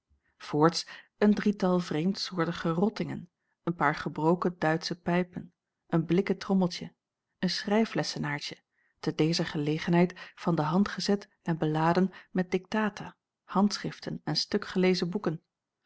voorts een drietal vreemdsoortige rottingen een paar gebroken duitsche pijpen een blikken trommeltje een schrijflessenaartje te dezer gelegenheid van de hand gezet en beladen met dictata handschriften en stukgelezen boeken